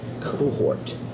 Cohort